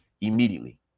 immediately